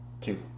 Two